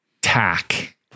Tack